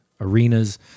arenas